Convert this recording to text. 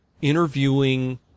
interviewing